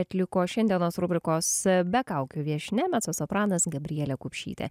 atliko šiandienos rubrikos be kaukių viešnia mecosopranas gabrielė kupšytė